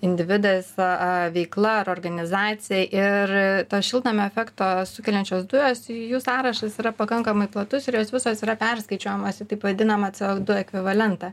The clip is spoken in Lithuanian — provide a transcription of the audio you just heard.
individas a a veikla ar organizacija ir tą šiltnamio efektą sukeliančios dujos i jų sąrašas yra pakankamai platus ir jos visos yra perskaičiuojamas į taip vadinamą ce o du ekvivalentą